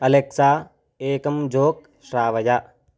Alexa एकं joke श्रावय